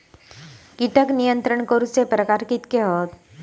कीटक नियंत्रण करूचे प्रकार कितके हत?